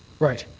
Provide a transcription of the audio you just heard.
right.